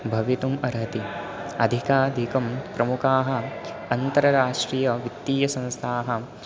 भवितुम् अर्हति अधिकाधिकं प्रमुखाः अन्ताराष्ट्रियवित्तीयसंस्थाः